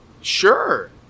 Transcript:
sure